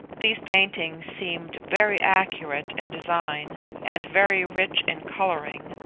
these paintings seemed very accurate in design and very rich in colouring,